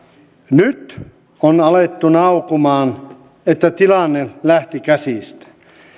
nyt on alettu naukumaan että tilanne lähti käsistä